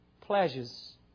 pleasures